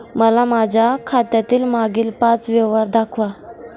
मला माझ्या खात्यातील मागील पांच व्यवहार दाखवा